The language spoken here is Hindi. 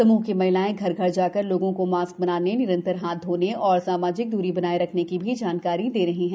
समूह की महिलायें घर घर जाकर लोगों को मास्क लगाने निरंतर हाथ धोने और सामाजिक दूरी बनाए रखने की जानकारी भी दे रही हैं